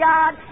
God